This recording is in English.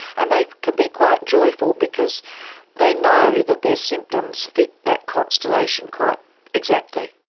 and they can be quite joyful because they know that their symptoms fit that constellation quite exactly.